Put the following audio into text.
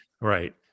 right